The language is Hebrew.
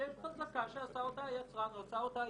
שיש חזקה שעשה אותה היצרן או היבואן.